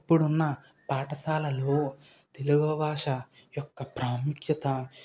ఇప్పుడున్న పాఠశాలలో తెలుగు భాష యొక్క ప్రాముఖ్యత